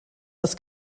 das